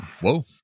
Whoa